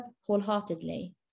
wholeheartedly